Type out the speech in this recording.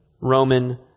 Roman